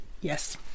yes